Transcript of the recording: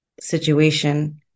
situation